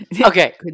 Okay